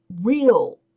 real